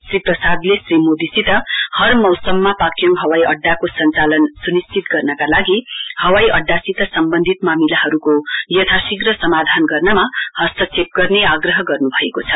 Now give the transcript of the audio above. श्री प्रसाद्ले श्री मोदीसित हर मौसममा पाक्योङ हवाइअङ्डाको सञ्चालन स्निश्चित गर्नका लागि हवाईअङ्डासित सम्बन्धित मामिलाहरूको यथाशीघ्र समाधान गर्नमा हस्तक्षेप गनेर् आग्रह गर्न्भएको छ